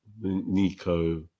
Nico